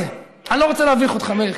אני לא רוצה להביך אותך, מאיר.